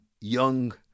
young